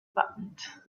band